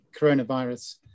coronavirus